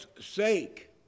sake